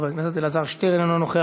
חבר הכנסת אלעזר שטרן, אינו נוכח.